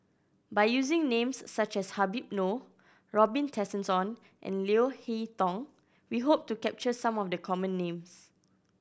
by using names such as Habib Noh Robin Tessensohn and Leo Hee Tong we hope to capture some of the common names